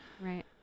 Right